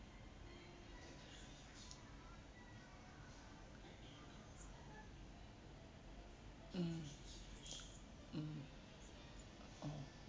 mm mm oh